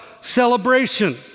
celebration